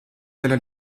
della